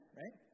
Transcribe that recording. right